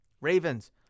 Ravens